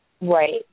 Right